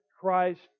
Christ